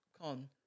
Con